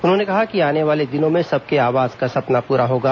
उन्होंने कहा कि आने वाले दिनों में सबके आवास का सपना पूरा होगा